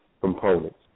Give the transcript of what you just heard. components